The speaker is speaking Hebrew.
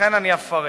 ולכן אני אפרט: